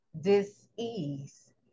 disease